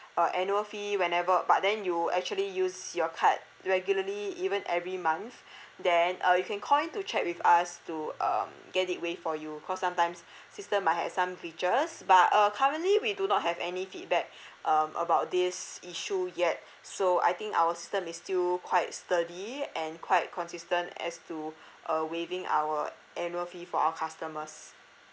a annual fee whenever but then you actually use your card regularly even every month then uh you can call in to check with us to um get it waived for you cause sometimes system might have some features but uh currently we do not have any feedback um about this issue yet so I think our system is still quite sturdy and quite consistent as to uh waiving our annual fee for our customers